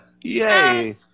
Yay